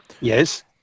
Yes